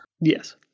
Yes